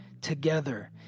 Together